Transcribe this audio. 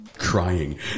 crying